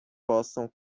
possam